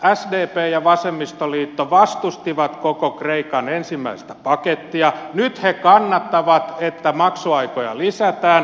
sdp ja vasemmistoliitto vastustivat koko kreikan ensimmäistä pakettia nyt he kannattavat että maksuaikoja lisätään